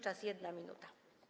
Czas - 1 minuta.